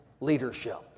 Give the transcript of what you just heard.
leadership